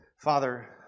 Father